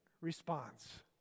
response